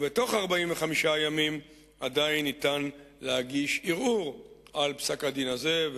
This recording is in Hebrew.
ובתוך 45 הימים עדיין ניתן להגיש ערעור על פסק-הדין הזה,